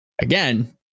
again